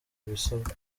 ibisabwa